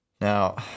Now